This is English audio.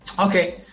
okay